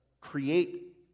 create